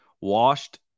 washed